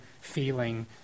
feeling